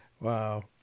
Wow